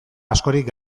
askorik